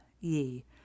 ye